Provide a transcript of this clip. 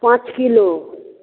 पाँच किलो